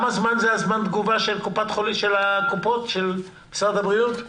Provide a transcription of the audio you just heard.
מה זמן התגובה של הקופות, של משרד הבריאות?